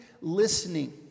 listening